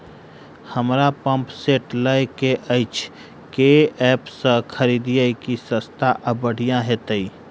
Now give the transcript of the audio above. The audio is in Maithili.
हमरा पंप सेट लय केँ अछि केँ ऐप सँ खरिदियै की सस्ता आ बढ़िया हेतइ?